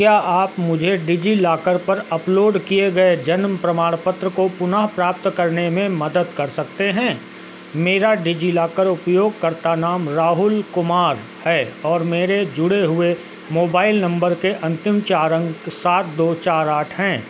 क्या आप मुझे डिजिलॉकर पर अपलोड किए गए जन्म प्रमाण पत्र को पुनः प्राप्त करने में मदद कर सकते हैं मेरा डिजिलॉकर उपयोगकर्ता नाम राहुल कुमार है और मेरे जुड़े हुए मोबाइल नंबर के अंतिम चार अंक सात दो चार आठ हैं